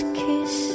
kiss